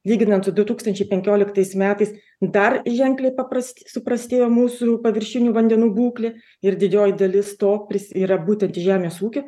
lyginant su du tūkstančiai penkioliktais metais dar ženkliai papras suprastėjo mūsų paviršinių vandenų būklė ir didžioji dalis to pris yra būtent į žemės ūkio